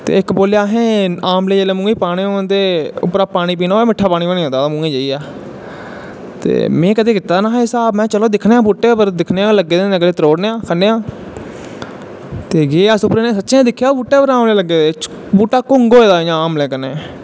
ते इक बोलेआ अहैं आमले खाने होन ते उप्परा दा पानी पीना होऐ ते मिट्ठा पानी बनी जंदा मूहें च जाइयै ते में कदैं कूते दा नी हा एह् हिसाब मदां दिक्खनें आं बूह्टे पर लग्गे दे होंगन ते त्रोड़ने आं खन्ने आं ते गे अस उप्पर जेहै दिक्खेआ तां सच्चैं गै बूह्टे पर आमले लग्गे दे बूह्टा घुंग होए दा आमलें कन्नै इयां